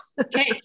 Okay